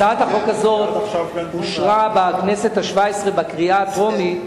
הצעת החוק הזאת אושרה בכנסת השבע-עשרה בקריאה הטרומית,